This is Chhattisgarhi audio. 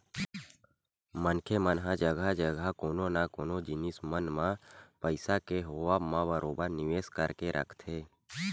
मनखे मन ह जघा जघा कोनो न कोनो जिनिस मन म पइसा के होवब म बरोबर निवेस करके रखथे